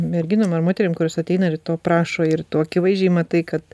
merginom ar moterim kurios ateina ir to prašo ir tu akivaizdžiai matai kad